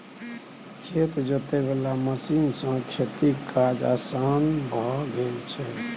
खेत जोते वाला मशीन सँ खेतीक काज असान भए गेल छै